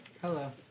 Hello